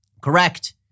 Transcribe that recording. Correct